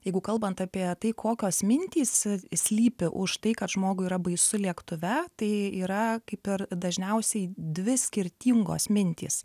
jeigu kalbant apie tai kokios mintys slypi už tai kad žmogui yra baisu lėktuve tai yra kaip ir dažniausiai dvi skirtingos mintys